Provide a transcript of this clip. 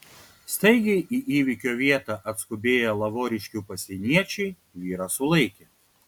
staigiai į įvykio vietą atskubėję lavoriškių pasieniečiai vyrą sulaikė